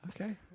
okay